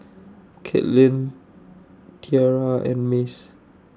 Kaitlin Tiara and Mace